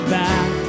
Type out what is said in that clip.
back